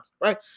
Right